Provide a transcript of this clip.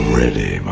ready